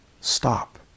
stop